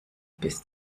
bis